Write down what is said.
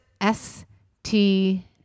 S-T-